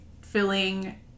filling